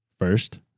First